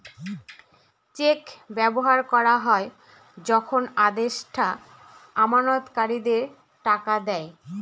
check ব্যবহার করা হয় যখন আদেষ্টা আমানতকারীদের টাকা দেয়